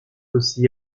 aussi